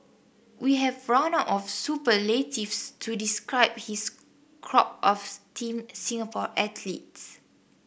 we have run out of superlatives to describe his crop of Team Singapore athletes